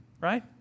right